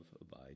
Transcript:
abide